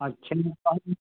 अच्छा